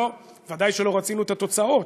ודאי שלא רצינו את התוצאות,